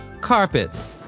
Carpets